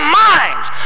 minds